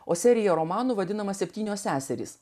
o serija romanų vadinama septynios seserys